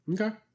Okay